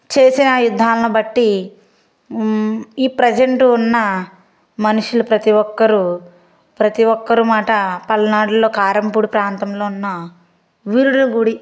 చేసే యుద్ధాల్ని బట్టి ఈ ప్రెసెంట్ ఉన్న మనుషులు ప్రతి ఒక్కరు ప్రతి ఒక్కరి మాట పల్నాడులో కారంపూడి ప్రాంతంలో ఉన్న వీరుల గుడి